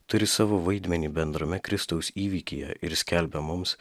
turi savo vaidmenį bendrame kristaus įvykyje ir skelbia mums